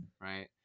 right